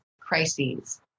crises